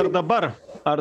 ar dabar ar